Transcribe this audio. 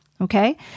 okay